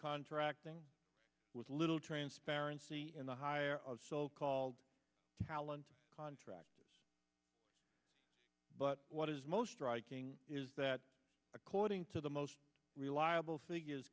contracting with little transparency in the hire of so called talent contracts but what is most striking is that according to the most reliable figures